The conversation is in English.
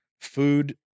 food